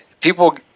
people –